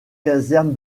caserne